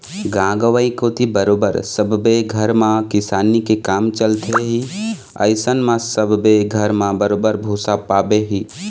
गाँव गंवई कोती बरोबर सब्बे घर म किसानी के काम चलथे ही अइसन म सब्बे घर म बरोबर भुसा पाबे ही